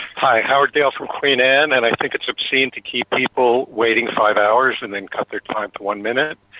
hi, howard gail from i mean and and i think it is obscene to keep people waiting five hours and and cut their time to one minute.